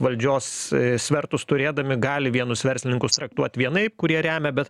valdžios svertus turėdami gali vienus verslininkus traktuot vienaip kurie remia bet